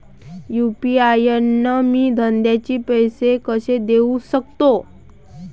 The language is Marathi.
यू.पी.आय न मी धंद्याचे पैसे कसे देऊ सकतो?